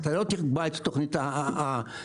אתה לא תקבע את תוכנית החינוך,